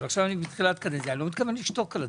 אני לא מתכוון לשתוק על זה.